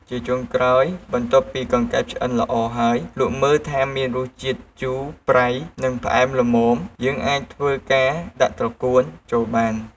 ជាចុងក្រោយ បន្ទាប់ពីកង្កែបឆ្អិនល្អ ហើយភ្លក់មើលថាមានរសជាតិ ជូរ ប្រៃ និងផ្អែមល្មម យើងអាចធ្វើការដាក់ត្រកួន ចូលបាន។